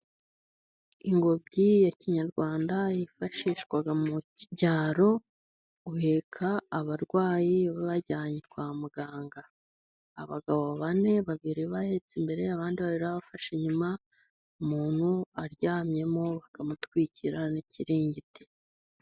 Ingobyi ya kinyarwanda yifashishwaga mu cyaro, guheka abarwayi bajyanye kwa muganga. Abagabo bane babiri bahetse imbere, abandi babiri bafashe inyuma, umuntu aryamyemo, bakamutwikira n'ikiringiti.